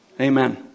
Amen